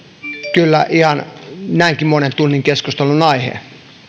kyllä ihan näinkin monen tunnin keskustelun aihe